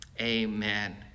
Amen